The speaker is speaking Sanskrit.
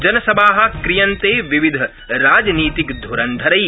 जनसभा क्रियन्ते विविधराजनीतिकध्नन्धरै